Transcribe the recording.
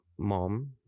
mom